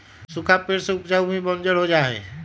सूखा पड़े से उपजाऊ भूमि बंजर हो जा हई